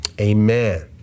amen